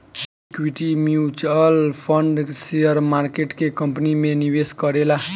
equity mutual fund share market के company में निवेश करेला